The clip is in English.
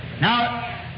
Now